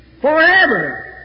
forever